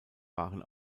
waren